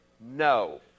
No